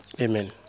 Amen